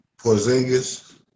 Porzingis